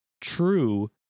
true